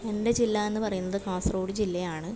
എൻ്റെ ജില്ല എന്ന് പറയുന്നത് കാസർഗോഡ് ജില്ലയാണ്